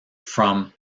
from